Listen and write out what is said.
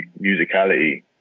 musicality